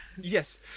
Yes